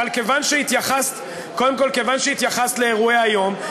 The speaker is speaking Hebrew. אבל כיוון שהתייחסת לאירועי היום,